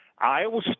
Iowa